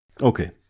Okay